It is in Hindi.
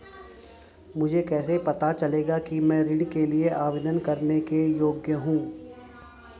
मुझे कैसे पता चलेगा कि मैं ऋण के लिए आवेदन करने के योग्य हूँ?